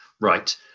right